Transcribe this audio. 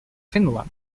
finland